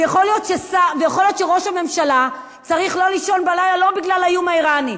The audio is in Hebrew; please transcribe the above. ויכול להיות שראש הממשלה צריך לא לישון בלילה לא בגלל האיום האירני,